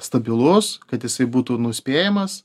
stabilus kad jisai būtų nuspėjamas